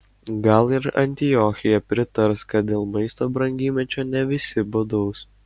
gal ir antiochija pritars kad dėl maisto brangymečio ne visi badaus